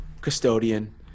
custodian